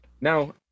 Now